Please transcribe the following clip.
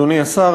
אדוני השר,